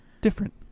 different